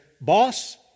boss